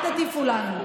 אל תטיפו לנו.